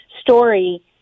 story